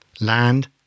land